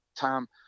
Tom